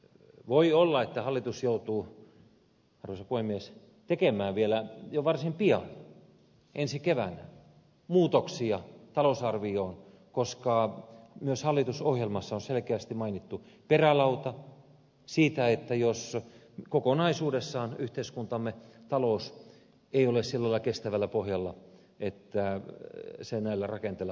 voi olla että hallitus joutuu arvoisa puhemies tekemään vielä jo varsin pian ensi keväänä muutoksia talousarvioon koska myös hallitusohjelmassa on selkeästi mainittu perälauta siitä jos kokonaisuudessaan yhteiskuntamme talous ei ole sillä lailla kestävällä pohjalla että se näillä rakenteilla pystyy toimimaan